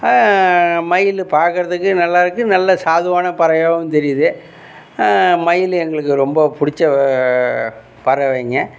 மயில் பார்க்கறதுக்கு நல்லாருக்கு நல்ல சாதுவான பறவையாகவும் தெரியுது மயில் எங்களுக்கு ரொம்ப பிடிச்ச பறவைங்க